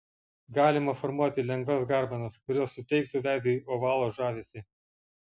galima formuoti lengvas garbanas kurios suteiktų veidui ovalo žavesį